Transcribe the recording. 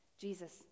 jesus